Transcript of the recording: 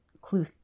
clue